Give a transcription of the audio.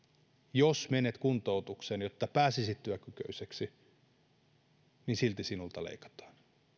jos menet kuntoutukseen jotta pääsisit työkykyiseksi silti sinulta leikataan